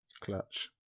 Clutch